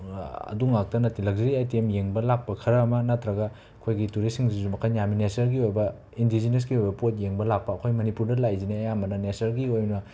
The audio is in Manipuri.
ꯑꯗꯨ ꯉꯥꯛꯇ ꯅꯠꯇꯦ ꯂꯛꯖꯔꯤ ꯑꯥꯏꯇꯦꯝ ꯌꯦꯡꯕ ꯂꯥꯛꯄ ꯈꯔ ꯑꯃ ꯅꯠꯇ꯭ꯔꯒ ꯑꯩꯈꯣꯏꯒꯤ ꯇꯨꯔꯤꯁꯁꯤꯡꯁꯤꯁꯨ ꯃꯈꯜ ꯌꯥꯝꯃꯤ ꯅꯦꯆꯔꯒꯤ ꯑꯣꯏꯕ ꯏꯟꯗꯤꯖꯤꯅꯁꯀꯤ ꯑꯣꯏꯕ ꯄꯣꯠ ꯌꯦꯡꯕ ꯂꯥꯛꯄ ꯑꯩꯈꯣꯏ ꯃꯅꯤꯄꯨꯔꯗ ꯂꯥꯛꯏꯁꯤꯅ ꯑꯌꯥꯝꯕ ꯅꯦꯆꯔꯒꯤ ꯑꯣꯏꯅ